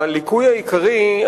הליקוי העיקרי,